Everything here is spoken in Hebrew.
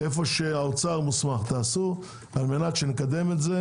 איפה שהאוצר מוסמך תעשו כדי שנקדם את זה